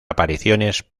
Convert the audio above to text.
apariciones